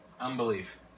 Unbelief